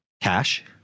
cash